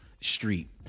street